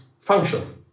function